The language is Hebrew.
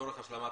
לצורך השלמת